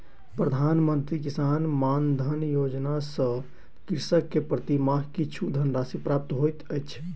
प्रधान मंत्री किसान मानधन योजना सॅ कृषक के प्रति माह किछु धनराशि प्राप्त होइत अछि